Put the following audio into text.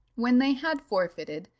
when they had forfeited,